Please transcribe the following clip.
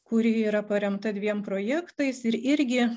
kuri yra paremta dviem projektais ir irgi